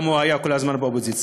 גם הוא היה כל הזמן באופוזיציה.